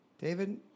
David